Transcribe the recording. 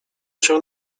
się